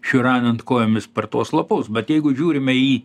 šiurenant kojomis per tuos lapus bet jeigu žiūrime į